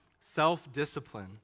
Self-discipline